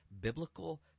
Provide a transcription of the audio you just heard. biblical